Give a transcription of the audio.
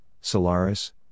Solaris